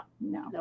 no